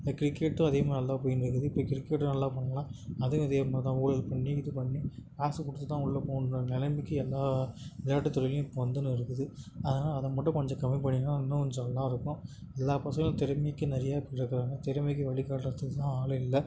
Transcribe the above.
இந்த கிரிக்கெட்டும் அதே மாதிரி தான் போயிட்டு இருக்குது இப்போ கிரிக்கெட்டும் நல்லா பண்ணலாம் அதுவும் இதே மாதிரி தான் ஊழல் பண்ணி இது பண்ணி காசு கொடுத்து தான் உள்ளே போகணுன்ற நிலைமைக்கி எல்லா விளையாட்டு துறையிலும் இப்போ வந்துட்டு இருக்குது அதனால் அதை மட்டும் கொஞ்சம் கம்மி பண்ணிக்கணும் இன்னும் கொஞ்சம் நல்லா இருக்கும் எல்லா பசங்களும் திறமைக்கு நிறைய பேர் இருக்கிறாங்க திறமைக்கு வழிகாட்டுறதுக்கு தான் ஆள் இல்லை